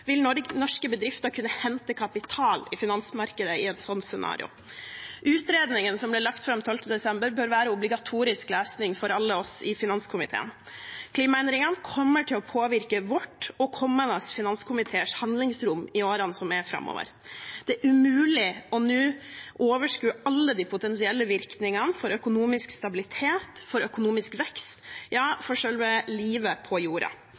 norske bedrifter kunne hente kapital i finansmarkedet i et sånt scenario? Utredningen som ble lagt fram 12. desember, bør være obligatorisk lesning for alle oss i finanskomiteen. Klimaendringene kommer til å påvirke vårt og kommende finanskomiteers handlingsrom i årene framover. Det er umulig nå å overskue alle de potensielle virkningene for økonomisk stabilitet, for økonomisk vekst, ja for selve livet på jorda.